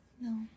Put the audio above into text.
no